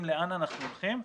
לאן אנחנו הולכים,